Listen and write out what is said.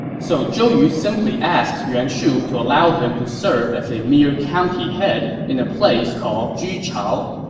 so zhou yu simply asked yuan shu to allow him to serve as a mere county head in a place called juchao.